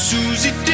Susie